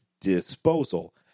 disposal